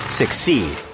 succeed